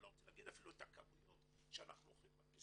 אני לא רוצה להגיד אפילו את הכמויות שאנחנו מדפיסים,